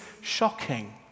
shocking